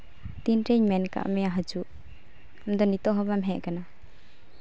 ᱛᱤᱱᱨᱤᱧ ᱢᱮᱱ ᱠᱟᱜ ᱢᱮᱭᱟ ᱦᱤᱡᱩᱜ ᱟᱢᱫᱚ ᱱᱤᱛᱚᱜ ᱦᱚᱸᱵᱟᱢ ᱦᱮᱡ ᱠᱟᱱᱟ